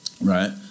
right